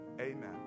Amen